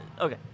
Okay